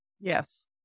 yes